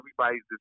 everybody's